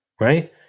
Right